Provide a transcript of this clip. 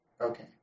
Okay